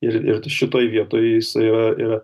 ir ir šitoj vietoj jisai yra yra